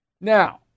Now